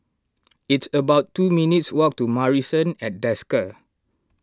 it's about two minutes' walk to Marrison at Desker